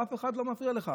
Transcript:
אף אחד לא מפריע לך.